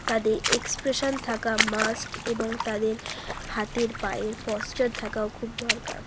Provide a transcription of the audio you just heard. তাদের এক্সপ্রেশান থাকা মাস্ট এবং তাদের হাতের পায়ের পশ্চার থাকাও খুব দরকার